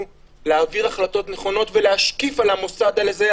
להעביר החלטות נכונות ולהשקיף על המוסד הזה,